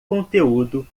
conteúdo